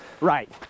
Right